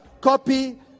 copy